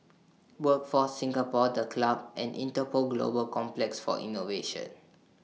Workforce Singapore The Club and Interpol Global Complex For Innovation